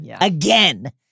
Again